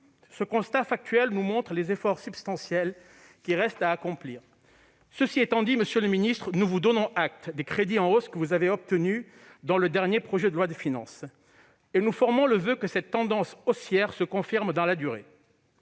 ce constat factuel nous montre les efforts substantiels qui restent à accomplir. Cela étant dit, nous vous donnons acte, monsieur le garde des sceaux, des crédits en hausse que vous avez obtenus dans le dernier projet de loi de finances ; nous formons le voeu que cette tendance haussière se confirme dans la durée.